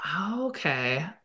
Okay